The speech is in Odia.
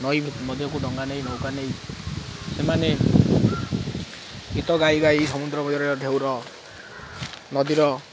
ନଈ ମଧ୍ୟକୁ ଡଙ୍ଗା ନେଇ ନୌକା ନେଇ ସେମାନେ ଗୀତ ଗାଇ ଗାଇ ସମୁଦ୍ର ବଜାର ଢ଼େଉର ନଦୀର